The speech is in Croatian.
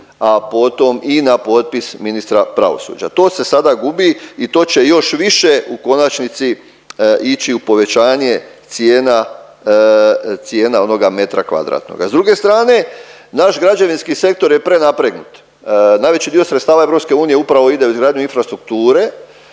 a potom i na potpis ministra pravosuđa. To se sada gubi i to će još više u konačnici ići u povećanje cijena, cijena onoga metra kvadratnoga. S druge strane naš građevinski sektor je prenapregnut. Najveći dio sredstava EU upravo ide u izgradnju infrastrukture